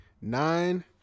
nine